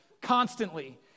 constantly